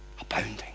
abounding